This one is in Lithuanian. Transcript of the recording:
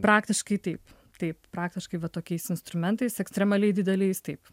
praktiškai taip taip praktiškai va tokiais instrumentais ekstremaliai dideliais taip